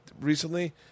recently